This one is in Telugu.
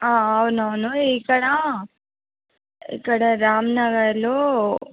అవును అవును ఇక్కడ ఇక్కడ రామ్నగర్లో